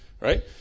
right